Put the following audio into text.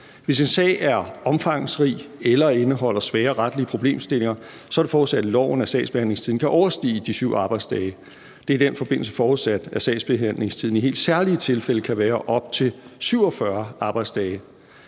Hvis en sag er omfangsrig eller indeholder svære retlige problemstillinger, er det forudsat i loven, at sagsbehandlingstiden kan overstige de 7 arbejdsdage. Det er i den forbindelse forudsat, at sagsbehandlingstiden i helt særlige tilfælde kan være op til 47 arbejdsdage.